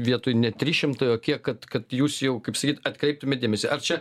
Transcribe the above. vietoj ne trys šimtai o kiek kad kad jūs jau kaip sakyt atkreiptumėt dėmesį ar čia